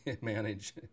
manage